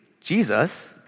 Jesus